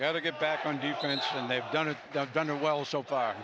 l to get back on defense and they've done it done too well so far